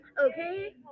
okay